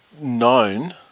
known